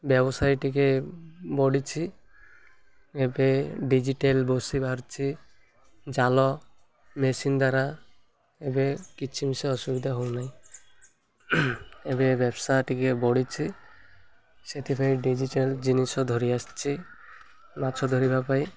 ବ୍ୟବସାୟୀ ଟିକେ ବଢ଼ିଛି ଏବେ ଡିଜିଟାଲ୍ ବସି ବାରୁଛି ଜାଲ ମେସିନ୍ ଦ୍ୱାରା ଏବେ କିଛି ମିିଶ ଅସୁବିଧା ହଉନାହିଁ ଏବେ ବ୍ୟବସାୟ ଟିକେ ବଢ଼ଛି ସେଥିପାଇଁ ଡିଜିଟାଲ୍ ଜିନିଷ ଧରିଆସିଛି ମାଛ ଧରିବା ପାଇଁ